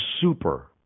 super